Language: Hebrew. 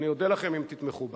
אני אודה לכם את תתמכו בה.